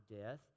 death